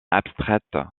abstraite